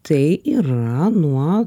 tai yra nuo